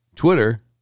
Twitter